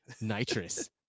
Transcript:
nitrous